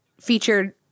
featured